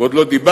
ועוד לא דיברנו